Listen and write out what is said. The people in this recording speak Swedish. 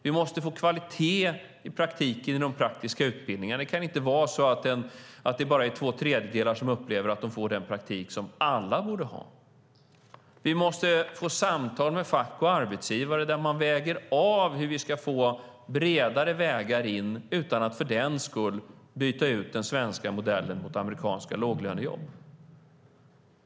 Vi måste få kvalitet i praktiken inom de praktiska utbildningarna. Det kan inte vara så att det är bara två tredjedelar som upplever att de får den praktik som alla borde ha. Vi måste få samtal med fack och arbetsgivare där man väger av hur vi ska få bredare vägar in utan att för den skull byta ut den svenska modellen mot amerikanska låglönejobb.